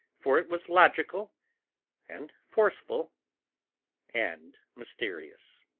for it was logical and forceful and mysterious.